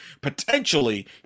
potentially